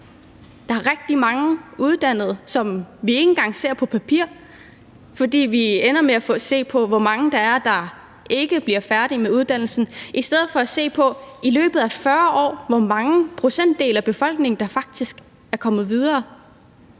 Der er rigtig mange uddannede, som vi ikke engang ser på papir, fordi vi hellere ser på, hvor mange der ikke bliver færdige med deres uddannelse, i stedet for se på, hvor stor en procentdel af befolkningen, der i løbet af de sidste